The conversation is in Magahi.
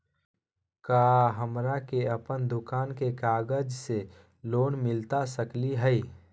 का हमरा के अपन दुकान के कागज से लोन मिलता सकली हई?